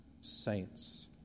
saints